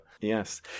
Yes